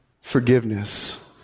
Forgiveness